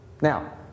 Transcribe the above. Now